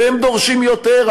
והם דורשים יותר,